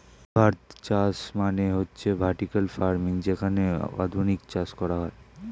ঊর্ধ্বাধ চাষ মানে হচ্ছে ভার্টিকাল ফার্মিং যেখানে আধুনিক চাষ করা হয়